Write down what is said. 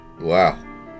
Wow